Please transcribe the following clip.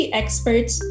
experts